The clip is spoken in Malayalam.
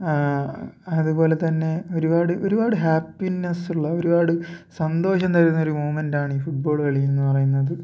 അതുപോലെ തന്നെ ഒരുപാട് ഒരുപാട് ഹാപ്പിനെസുള്ള ഒരുപാട് സന്തോഷം തരുന്ന ഒരു മൂമെൻ്റ് ആണ് ഈ ഫുട്ബോള് കളിയെന്ന് പറയുന്നത്